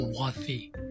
Worthy